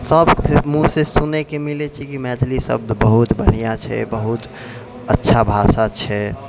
सबके मुँह से सुनैके मिलैत छै कि मैथिली शब्द बहुत बढ़िआँ छै बहुत अच्छा भाषा छै